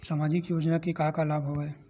सामाजिक योजना के का का लाभ हवय?